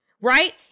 right